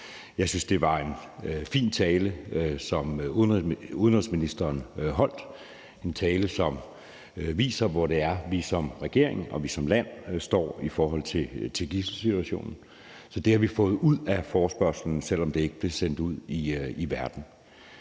Jeg synes, det var en fin tale, som udenrigsministeren holdt, en tale, som viser, hvor det er, vi som regering og vi som land står i forhold til gidselsituationen. Så det har vi fået ud af forespørgslen, selv om det ikke blev sendt ud i verden.